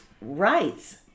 rights